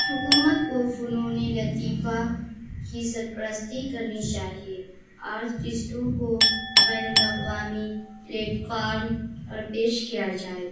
حکومت کو فنونی لطیفہ کی سرپرستی کرنی چاہیے آرٹسٹوں کو بین الاقوامی پلیٹ فارم پر پیش کیا جائے